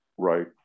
right